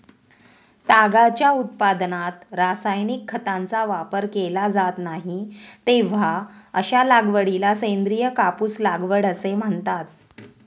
तागाच्या उत्पादनात रासायनिक खतांचा वापर केला जात नाही, तेव्हा अशा लागवडीला सेंद्रिय कापूस लागवड असे म्हणतात